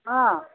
ಹಾಂ